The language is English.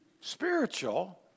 spiritual